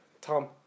Tom